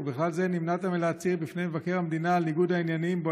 ובכלל זה נמנעת מלהצהיר בפני מבקר המדינה על ניגוד העניינים בו